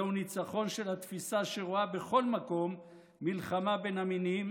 זהו ניצחון של התפיסה שרואה בכל מקום מלחמה בין המינים,